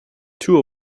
two